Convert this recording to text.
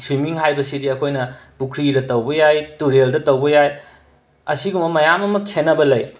swimming ꯍꯥꯏꯕꯁꯤꯗꯤ ꯑꯩꯈꯣꯏꯅ ꯄꯨꯈ꯭ꯔꯤꯗ ꯇꯧꯕ ꯌꯥꯏ ꯇꯨꯔꯦꯜꯗ ꯇꯧꯕ ꯌꯥꯏ ꯑꯁꯤꯒꯨꯝꯕ ꯃꯌꯥꯝ ꯑꯃ ꯈꯦꯠꯅꯕ ꯂꯩ